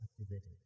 activated